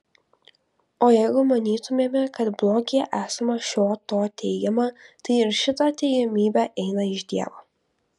o jeigu manytumėme kad blogyje esama šio to teigiama tai ir šita teigiamybė eina iš dievo